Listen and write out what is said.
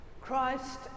Christ